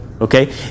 Okay